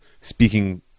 speaking